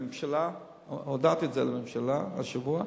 הודעתי את זה לממשלה השבוע.